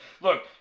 Look